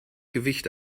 gewicht